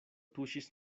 tuŝis